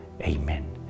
Amen